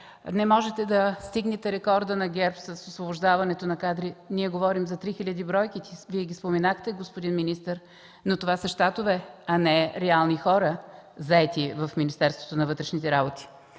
не можете да стигнете рекорда на ГЕРБ с освобождаването на кадри. Ние говорим за 3 хиляди бройки, Вие ги споменахте, господин министър, но това са щатове, а не реални хора, заети в Министерството на вътрешните работи.